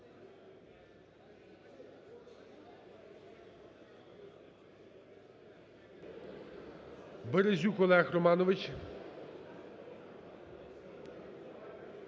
Березюк Олег Романович.